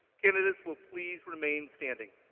candidates will please remain standing.